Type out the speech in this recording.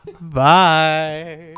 bye